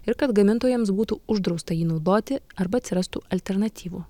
ir kad gamintojams būtų uždrausta jį naudoti arba atsirastų alternatyvų